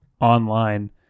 online